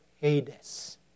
Hades